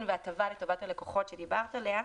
והטבה לטובת הלקוחות שאת הזכרת קודם.